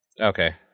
Okay